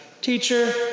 Teacher